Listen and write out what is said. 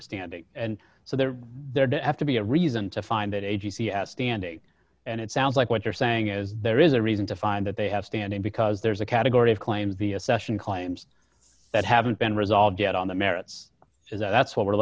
was standing and so they're there to have to be a reason to find that agency as standing and it sounds like what you're saying is there is a reason to find that they have standing because there's a category of claims via session claims that haven't been resolved yet on the merits if that's what we're